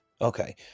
Okay